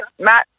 Matt